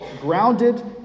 grounded